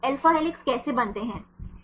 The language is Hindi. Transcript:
अल्फा हेलिक्स कैसे बनते हैं